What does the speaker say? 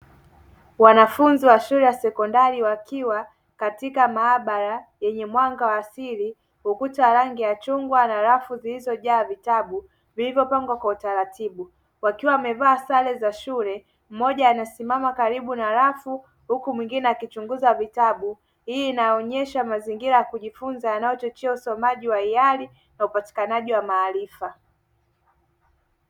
Wanafunzi wa shule ya sekondari wakiwa katika maabara yenye mwanga wa asili, ukuta wa rangi ya chungwa na rafu zilizojaa vitabu vilivyopangwa kwa utaratibu wakiwa wamevaa sare za shule mmoja anasimama karibu na rafu huku mwingine akichunguza vitabu, hii inaonyesha mazingira ya kujifunza yanayochochea usomaji wa hiyari na upatikanaji wa maarifa.